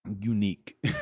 unique